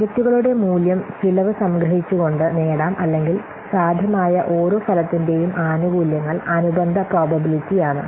പ്രോജക്റ്റുകളുടെ മൂല്യം ചിലവ് സംഗ്രഹിച്ചുകൊണ്ട് നേടാം അല്ലെങ്കിൽ സാധ്യമായ ഓരോ ഫലത്തിന്റേയും ആനുകൂല്യങ്ങൾ അനുബന്ധ പ്രോബബിലിറ്റിയാണ്